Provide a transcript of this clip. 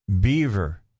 beaver